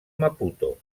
maputo